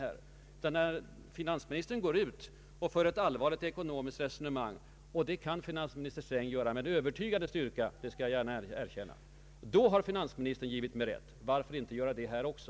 De gånger som finansminis tern har fört ett allvarligt ekonomiskt resonemang — och det kan finansminister Sträng göra med övertygande styrka, det skall jag gärna erkänna — då har finansministern givit mig rätt. Varför inte göra det nu också?